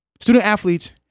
student-athletes